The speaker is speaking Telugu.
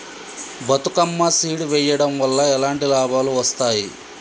బతుకమ్మ సీడ్ వెయ్యడం వల్ల ఎలాంటి లాభాలు వస్తాయి?